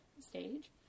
stage